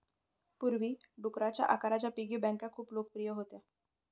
पूर्वी, डुकराच्या आकाराच्या पिगी बँका खूप लोकप्रिय होत्या